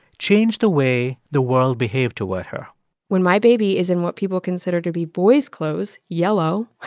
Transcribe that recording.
changed the way the world behaved toward her when my baby is in what people consider to be boys' clothes yellow